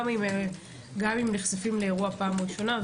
גם אם נחשפים לאירוע בפעם הראשונה.